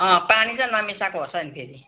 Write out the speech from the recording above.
अँ पानी चाहिँ नमिसाएको होस् नि फेरि